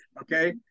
okay